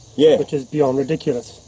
yeah which is beyond ridiculous.